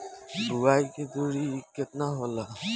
बुआई के दुरी केतना होला?